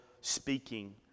speaking